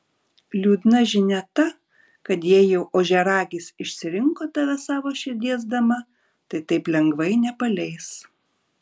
liūdna žinia ta kad jei jau ožiaragis išsirinko tave savo širdies dama tai taip lengvai nepaleis